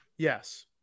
Yes